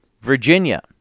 Virginia